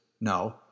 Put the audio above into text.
No